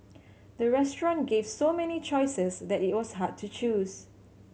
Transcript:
the restaurant gave so many choices that it was hard to choose